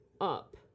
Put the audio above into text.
up